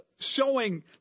showing